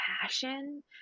passion